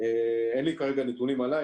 אין לי כרגע נתונים על זה.